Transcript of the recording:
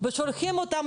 שבועיים,